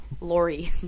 Lori